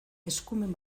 eskumen